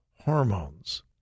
hormones